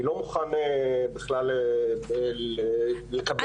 אני לא מוכן בכלל לקבל את האמירה הזאת.